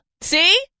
See